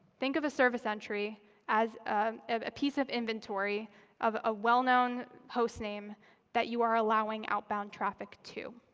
think of a service entry as ah a piece of inventory of a well-known hostname that you are allowing outbound traffic to.